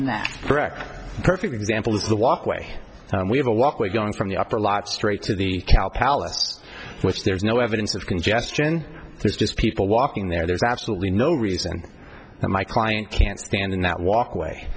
isn't that correct a perfect example is the walkway we have a walkway going from the upper lot straight to the cow palace which there's no evidence of congestion there's just people walking there there's absolutely no reason my client can't stand in that walkway